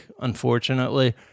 unfortunately